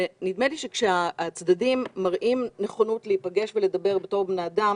נדמה לי שכאשר הצדדים מראים נכונות להיפגש ולדבר בתור בני אדם